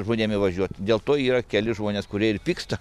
žmonėm įvažiuot dėl to yra keli žmonės kurie ir pyksta